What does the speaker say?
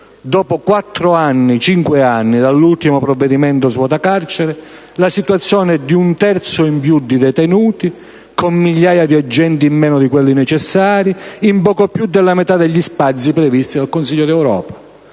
dopo cinque anni dall'ultimo provvedimento svuota-carceri la situazione è di un terzo in più di detenuti, con migliaia di agenti in meno di quelli necessari, in poco più della metà rispetto agli spazi previsti dal Consiglio d'Europa.